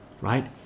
right